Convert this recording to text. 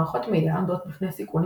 מערכות מידע עומדות בפני סיכונים